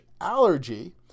allergy